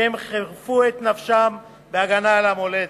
והם חירפו את נפשם בהגנה על המולדת.